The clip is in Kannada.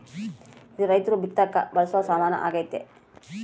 ಇದ್ನ ರೈರ್ತು ಬಿತ್ತಕ ಬಳಸೊ ಸಾಮಾನು ಆಗ್ಯತೆ